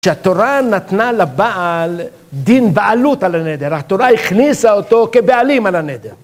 כשהתורה נתנה לבעל דין בעלות על הנדר, התורה הכניסה אותו כבעלים על הנדר.